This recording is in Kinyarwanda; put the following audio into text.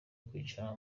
kwicara